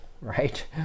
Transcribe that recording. right